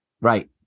Right